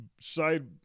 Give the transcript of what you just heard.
side